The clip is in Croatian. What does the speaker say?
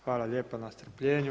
Hvala lijepa na strpljenju.